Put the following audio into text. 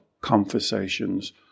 conversations